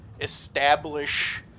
establish